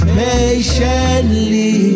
patiently